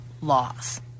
laws